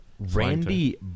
Randy